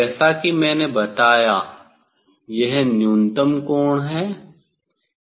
जैसा कि मैंने बताया यह न्यूनतम कोण है